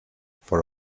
for